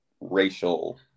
racial